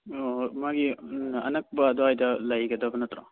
ꯑꯣ ꯃꯥꯒꯤ ꯑꯅꯛꯄ ꯑꯗꯨꯋꯥꯏꯗ ꯂꯩꯒꯗꯕ ꯅꯠꯇ꯭ꯔꯣ